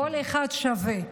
כל אחד שווה.